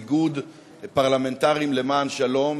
איגוד פרלמנטרים למען שלום,